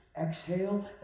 exhale